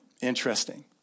Interesting